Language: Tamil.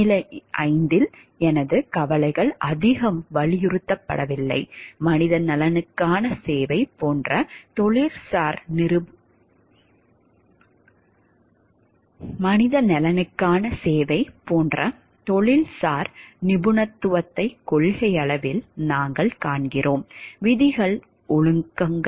நிலை 5 இல் எனது கவலைகள் அதிகம் வலியுறுத்தப்படவில்லை மனித நலனுக்கான சேவை போன்ற தொழில்சார் நிபுணத்துவத்தை கொள்கையளவில் நாங்கள் காண்கிறோம்